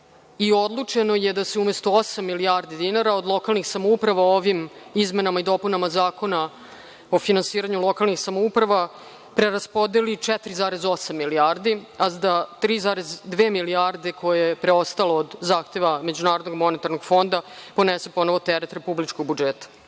i odlučeno je da se umesto osam milijardi dinara od lokalnih samouprava ovim izmenama i dopunama Zakona o finansiranju lokalnih samouprava preraspodeli 4,8 milijardi, a da 3,2 milijarde koje su preostale od zahteva MMF ponese ponovo teret republičkog budžeta. Kada